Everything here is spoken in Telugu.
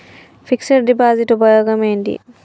ఫిక్స్ డ్ డిపాజిట్ ఉపయోగం ఏంటి?